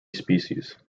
species